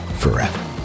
forever